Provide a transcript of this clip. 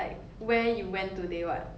actually it kind of works lah I guess